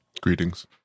Greetings